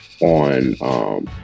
On